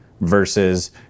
versus